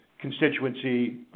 constituency